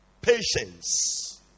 patience